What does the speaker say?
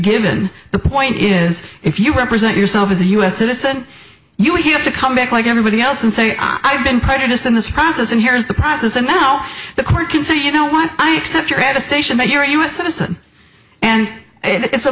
given the point is if you represent yourself as a u s citizen you have to come back like everybody else and say i've been prejudiced in this process and here is the process and now the court can say you don't want i accept your at the station but you're a u s citizen and it's a